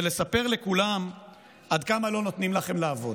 ולספר לכולם עד כמה לא נותנים לכם לעבוד.